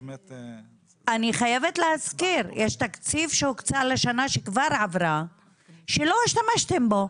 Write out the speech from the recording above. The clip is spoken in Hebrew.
יש תקציב שהוקצה לשנה שכבר עברה שלא השתמשתם בו